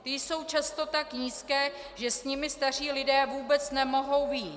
Ty jsou často tak nízké, že s nimi staří lidé vůbec nemohou vyjít.